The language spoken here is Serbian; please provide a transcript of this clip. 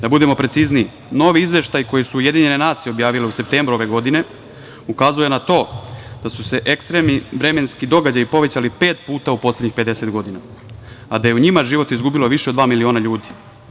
Da budemo precizniji, novi izveštaji koje su UN objavile u septembru ove godine ukazuje na to da su se ekstremni vremenski događaji povećali pet puta u poslednjih 50 godina, a da je u njima život izgubilo više od dva miliona ljudi.